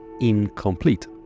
incomplete